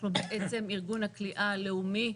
אנחנו בעצם ארגון הכליאה הלאומי.